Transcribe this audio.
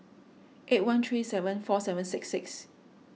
eight one three seven four seven six six